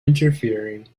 interfering